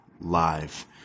Live